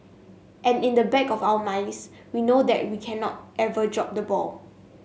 and in the back of our minds we know that we cannot ever drop the ball